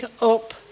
up